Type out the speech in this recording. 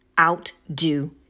outdo